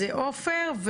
זה עופר,